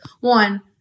One